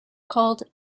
called